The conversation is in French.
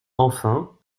enfin